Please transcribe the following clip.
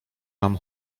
nam